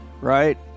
right